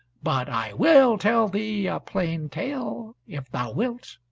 but i will tell thee a plain tale, if thou wilt.